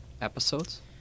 episodes